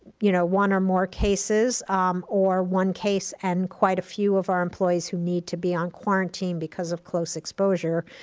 you know, one or more cases or one case and quite a few of our employees who need to be on quarantine because of close exposure,